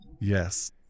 yes